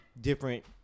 different